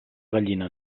gallina